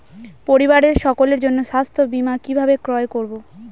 পরিবারের সকলের জন্য স্বাস্থ্য বীমা কিভাবে ক্রয় করব?